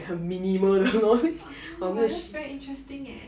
orh that's very interesting eh